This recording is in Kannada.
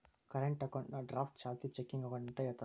ಕರೆಂಟ್ ಅಕೌಂಟ್ನಾ ಡ್ರಾಫ್ಟ್ ಚಾಲ್ತಿ ಚೆಕಿಂಗ್ ಅಕೌಂಟ್ ಅಂತ ಹೇಳ್ತಾರ